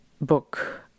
book